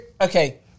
okay